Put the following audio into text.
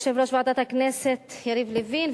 יושב-ראש ועדת הכנסת יריב לוין,